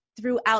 throughout